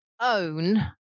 own